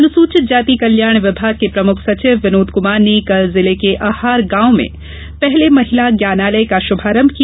अनुसूचित जाति कल्याण विभाग के प्रमुख सचिव विनोद कुमार ने कल जिले के अहार ग्राम में पहले महिला ज्ञानालय का श्भारंभ किया